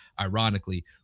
ironically